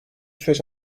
süreç